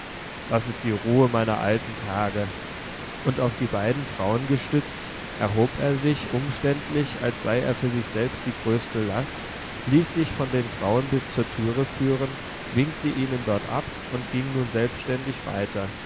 das ist die ruhe meiner alten tage und auf die beiden frauen gestützt erhob er sich umständlich als sei er für sich selbst die größte last ließ sich von den frauen bis zur türe führen winkte ihnen dort ab und ging nun selbständig weiter